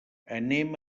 anem